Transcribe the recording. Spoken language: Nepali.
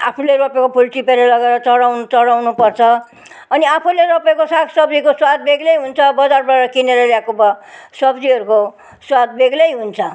आफूले रोपेको फुल टिपेर लगेर चढाउन चढाउनु पर्छ अनि आफैले रोपेको साग सब्जीको स्वाद बेग्लै हुन्छ बजारबाट किनेर ल्याएको ब सब्जीहरूको स्वाद बेग्लै हुन्छ